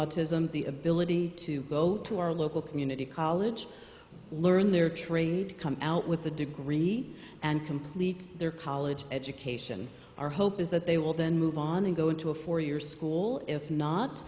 autism the ability to go to our local community college learn their trade come out with a degree and complete their college education our hope is that they will then move on and go into a four year school if not